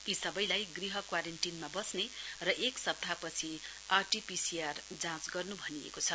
यी सबैलाई गृह क्वारेन्टीनमा बस्ने र एक सप्ताहपछि आरटीपीसीआर जाँच गर्न् भनिएको छ